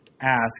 ask